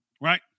right